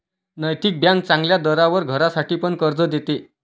नैतिक बँक चांगल्या दरावर घरासाठी पण कर्ज देते